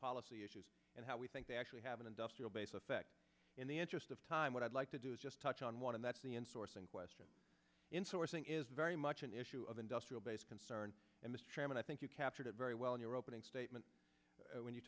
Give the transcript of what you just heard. policy issues and how we think they actually have an industrial base effect in the interest of time what i'd like to do is just touch on one and that's the end sourcing question in sourcing is very much an issue of industrial base concern and mr chairman i think you captured it very well in your opening statement when you